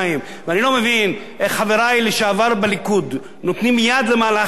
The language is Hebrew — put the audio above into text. ואני לא מבין איך חברי לשעבר בליכוד נותנים יד למהלך כזה,